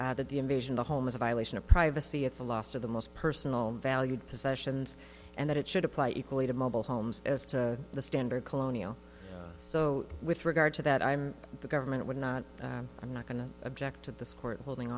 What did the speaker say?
that the invasion the home is a violation of privacy it's a lost of the most personal valued possessions and it should apply equally to mobile homes as the standard colonial so with regard to that i'm the government would not i'm not going to object to this court holding